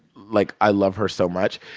like, i love her so much.